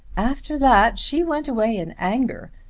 after that she went away in anger.